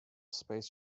space